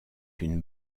une